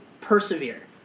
persevere